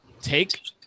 take